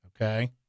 Okay